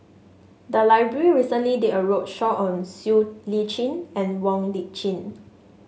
the library recently did a roadshow on Siow Lee Chin and Wong Lip Chin